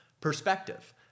perspective